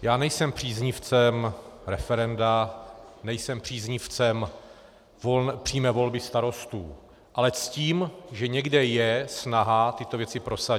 Já nejsem příznivcem referenda, nejsem příznivcem přímé volby starostů, ale ctím, že někde je snaha tyto věci prosadit.